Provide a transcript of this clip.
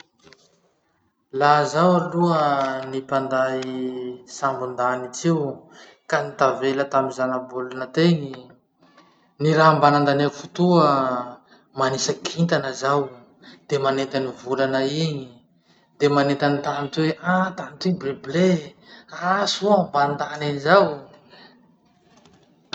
Laha zaho aloha ny mpanday sambon-danitsy io, ka nitavela tamy zana-bolana teny, gny raha mba nandaniako fotoa, manisaky kintana zaho de manenty any volana igny, de manenty any tany toy: ah tany toy bleu bleu! Ah soa ambany tany eny zao!